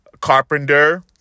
carpenter